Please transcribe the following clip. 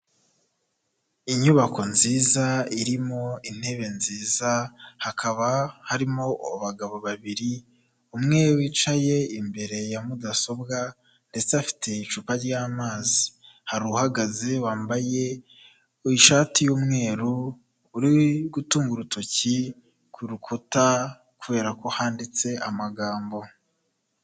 Inyubako nziza irimo intebe nziza hakaba harimo abagabo babiri umwe wicaye imbere ya mudasobwa ndetse afite icupa ryamazi. Hari uhagaze wambaye ishati y'umweru uri gutunga urutoki ku rukuta kubera ko handitse amagambo.